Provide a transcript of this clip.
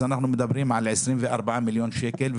אז אנחנו מדברים על 24 מיליון שקל,